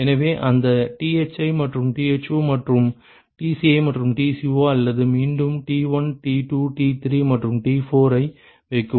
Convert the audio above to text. எனவே அந்த Thi மற்றும் Tho மற்றும் Tci மற்றும் Tco அல்லது மீண்டும் T1 T2 T3 மற்றும் T4 ஐ வைக்கவும்